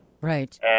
Right